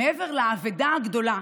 מעבר לאבדה הגדולה